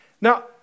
Now